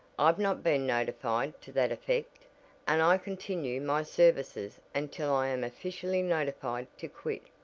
i've not been notified to that effect and i continue my services until i am officially notified to quit,